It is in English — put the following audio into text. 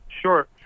Sure